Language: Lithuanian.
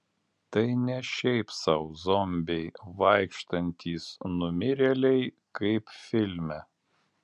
tai ne šiaip sau zombiai vaikštantys numirėliai kaip filme